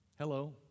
Hello